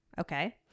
okay